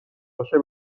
باشه